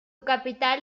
capital